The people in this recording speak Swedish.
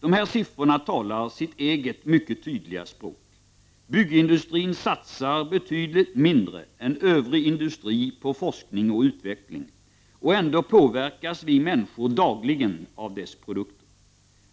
De här siffrorna talar sitt eget mycket tydliga språk. Byggindustrin satsar betydligt mindre än övrig industri på forskning och utveckling och ändå påverkas vi människor dagligen av dess produkter.